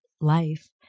life